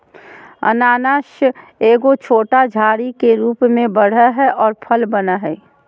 अनानास एगो छोटा झाड़ी के रूप में बढ़ो हइ और फल बनो हइ